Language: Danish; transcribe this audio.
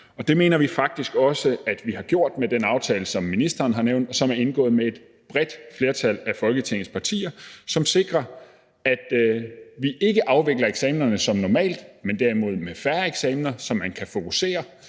det mener vi faktisk også at vi har gjort med den aftale, som ministeren har nævnt, som er indgået med et bredt flertal af Folketingets partier, og som sikrer, at vi ikke afvikler eksamenerne som normalt, men derimod har færre eksamener, så man kan fokusere,